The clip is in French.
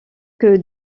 que